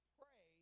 pray